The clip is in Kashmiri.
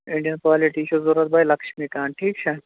اِنڈین پالٹی چھِ ضوٚرَتھ باے لَکشمی کان ٹھیٖک چھا